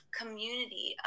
community